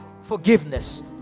forgiveness